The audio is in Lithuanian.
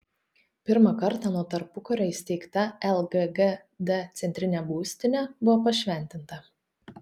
pirmą kartą nuo tarpukario įsteigta lggd centrinė būstinė buvo pašventinta